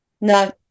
No